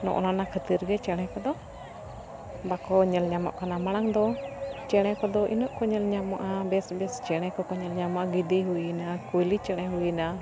ᱱᱚᱜᱼᱚ ᱱᱟ ᱠᱷᱟᱹᱛᱤᱨ ᱜᱮ ᱪᱮᱬᱮ ᱠᱚᱫᱚ ᱵᱟᱠᱚ ᱧᱮᱞ ᱧᱟᱢᱚᱜ ᱠᱟᱱᱟ ᱢᱟᱲᱟᱝ ᱫᱚ ᱪᱮᱬᱮ ᱠᱚᱫᱚ ᱤᱱᱟᱹᱜ ᱠᱚ ᱧᱮᱞ ᱧᱟᱢᱚᱜᱼᱟ ᱵᱮᱥ ᱵᱮᱥ ᱪᱮᱬᱮ ᱠᱚᱠᱚ ᱧᱮᱞ ᱧᱟᱢᱚᱜᱼᱟ ᱜᱤᱫᱤ ᱦᱩᱭᱱᱟ ᱠᱩᱭᱞᱤ ᱪᱮᱬᱮ ᱦᱩᱭᱱᱟ